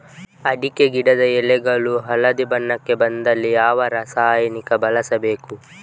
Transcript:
ಅಡಿಕೆ ಗಿಡದ ಎಳೆಗಳು ಹಳದಿ ಬಣ್ಣಕ್ಕೆ ಬಂದಲ್ಲಿ ಯಾವ ರಾಸಾಯನಿಕ ಬಳಸಬೇಕು?